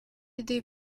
été